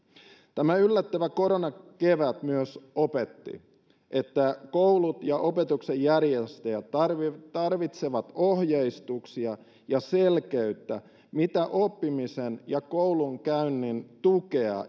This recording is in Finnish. tämä yllättävä koronakevät myös opetti että koulut ja opetuksen järjestäjät tarvitsevat tarvitsevat ohjeistuksia ja selkeyttä siihen mitä oppimisen ja koulunkäynnin tukea